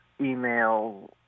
email